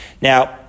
Now